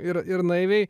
ir ir naiviai